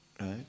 right